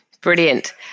Brilliant